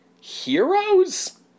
heroes